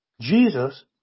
Jesus